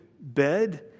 bed